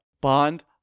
Bond